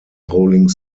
rolling